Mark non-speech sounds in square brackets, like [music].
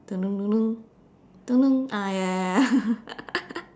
[noise] ah ya ya ya ya [laughs]